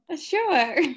Sure